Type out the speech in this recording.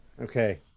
Okay